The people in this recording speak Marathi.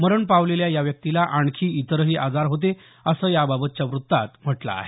मरण पावलेल्या या व्यक्तीला आणखी इतरही आजार होते असं याबाबतच्या वृत्तात म्हटलं आहे